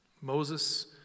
Moses